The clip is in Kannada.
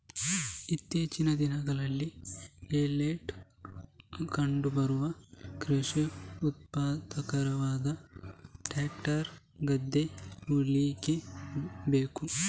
ಇತ್ತೀಚಿನ ದಿನಗಳಲ್ಲಿ ಎಲ್ಲೆಡೆ ಕಂಡು ಬರುವ ಕೃಷಿ ಉಪಕರಣವಾದ ಟ್ರಾಕ್ಟರ್ ಗದ್ದೆ ಉಳ್ಳಿಕ್ಕೆ ಬೇಕು